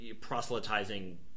proselytizing